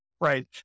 right